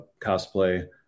cosplay